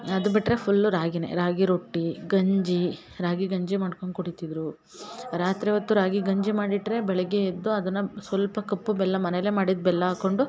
ಅದು ಬಿಟ್ಟರೆ ಫುಲ್ಲು ರಾಗಿಯೇ ರಾಗಿ ರೊಟ್ಟಿ ಗಂಜಿ ರಾಗಿ ಗಂಜಿ ಮಾಡ್ಕೊಂಡ್ ಕುಡೀತಿದ್ರು ರಾತ್ರಿ ಹೊತ್ತು ರಾಗಿ ಗಂಜಿ ಮಾಡಿಟ್ಟರೆ ಬೆಳಗ್ಗೆ ಎದ್ದು ಅದನ್ನ ಸ್ವಲ್ಪ ಕಪ್ಪು ಬೆಲ್ಲ ಮನೇಲೇ ಮಾಡಿದ ಬೆಲ್ಲ ಹಾಕೊಂಡು